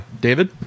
David